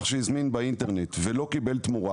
שהזמין באינטרנט ולא קיבל תמורה